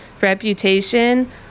reputation